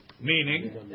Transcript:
meaning